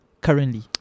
currently